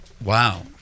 wow